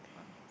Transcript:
ah